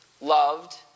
loved